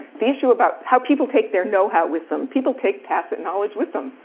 the issue about how people take their know-how with them. people take tacit knowledge with them.